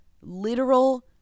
literal